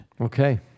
Okay